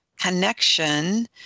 connection